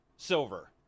silver